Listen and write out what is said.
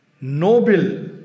noble